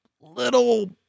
little